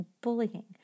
bullying